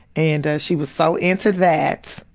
and she was so into that.